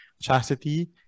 chastity